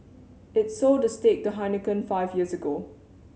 it sold the stake to Heineken five years ago